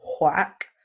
whack